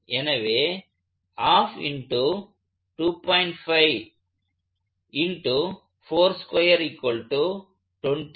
எனவே 20m ஆகும்